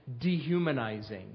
dehumanizing